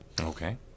Okay